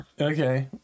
Okay